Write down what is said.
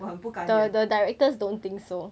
我很不甘愿